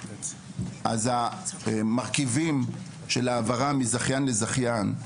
אז המרכיבים של העברה מזכיין לזכיין,